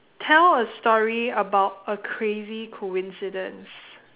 tell a story about a crazy coincidence